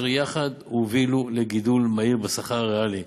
אשר יחד הובילו לגידול מהיר בשכר הריאלי.